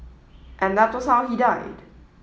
and that was how he died